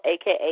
AKA